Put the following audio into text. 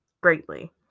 greatly